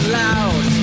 loud